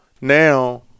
now